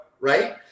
Right